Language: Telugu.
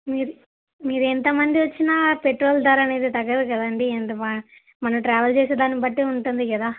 మీర్ మీరు ఎంతమంది వచ్చిన పెట్రోల్ ధర అనేది తగ్గదు కదండి ఎంతబా మనం ట్రావెల్ చేసేదాన్ని బట్టి ఉంటుంది కదా